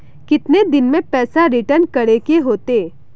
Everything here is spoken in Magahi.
कितने दिन में पैसा रिटर्न करे के होते?